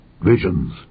visions